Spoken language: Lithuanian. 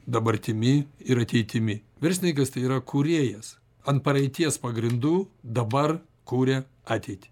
dabartimi ir ateitimi verslininkas tai yra kūrėjas ant praeities pagrindų dabar kuria ateitį